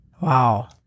Wow